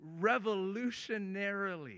revolutionarily